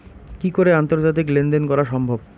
কি করে আন্তর্জাতিক লেনদেন করা সম্ভব?